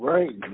Right